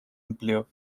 empleo